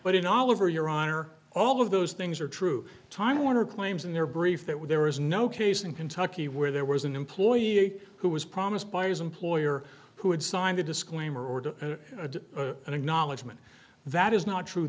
but it all over your honor all of those things are true time warner claims in their brief that were there is no case in kentucky where there was an employee who was promised by his employer who had signed a disclaimer order an acknowledgement that is not true